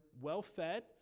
well-fed